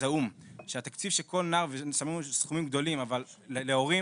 תקציב להורים